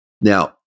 Now